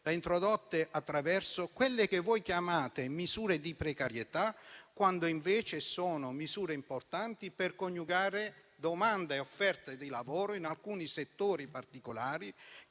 decreto-legge, quelle che voi chiamate misure di precarietà, quando invece sono misure importanti per coniugare domanda e offerta di lavoro in alcuni settori particolari